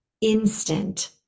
instant